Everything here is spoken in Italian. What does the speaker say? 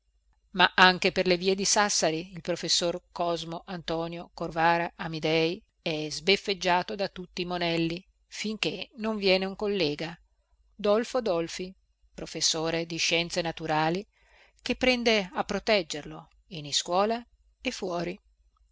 ma anche per le vie di sassari il professor cosmo antonio corvara amidei è sbeffeggiato da tutti i monelli finché non viene un collega dolfo dolfi professore di scienze naturali che prende a proteggerlo in iscuola e fuori